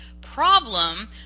problem